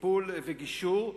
טיפול וגישור,